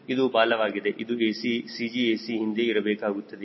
ಇದು ಬಾಲವಾಗಿದೆ ಇದು AC CG AC ಹಿಂದೆ ಇರಬೇಕಾಗುತ್ತದೆ